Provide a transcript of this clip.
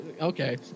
okay